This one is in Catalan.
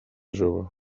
jove